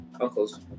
uncles